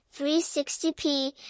360p